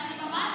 אני ממש,